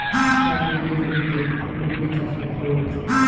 এক বিঘে জমিতে ফুলকপি চাষে খরচ?